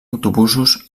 autobusos